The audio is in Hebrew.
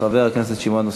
חבר הכנסת שמעון,